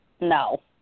No